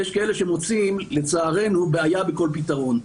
יש כאלה שמוצאים לצערנו בעיה בכל פתרון.